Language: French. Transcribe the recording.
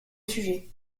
sujet